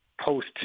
post